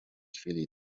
chwili